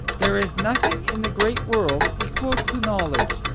there is nothing in the great world equal to knowledge,